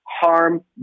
harm